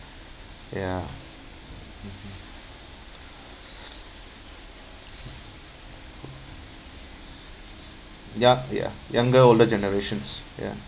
ya yup ya younger older generations ya